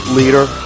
Leader